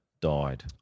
died